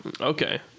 Okay